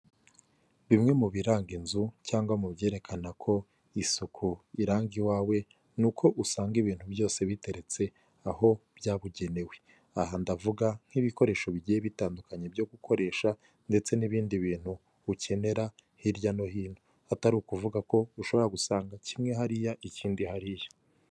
Bimwe mu biranga inzu cyangwa mu byerekana ko isuku iranga iwawe, ni uko usanga ibintu byose biteretse aho byabugenewe, aha ndavuga nk'ibikoresho bigiye bitandukanye byo gukoresha ndetse n'ibindi bintu ukenera hirya no hino, atari ukuvuga ko ushobora gusanga kimwe hariya ikindi hariya.